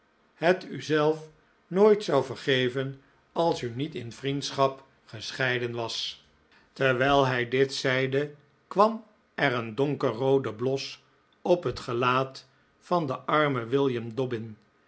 het uzelf nooit zou vergeven als u niet in vriendschap gescheiden was terwijl hij dit zeide kwam er een donkerroode bios op het gelaat van den armen william dobbin